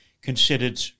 considered